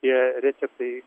tie receptai